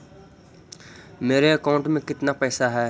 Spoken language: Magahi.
मेरे अकाउंट में केतना पैसा है?